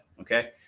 Okay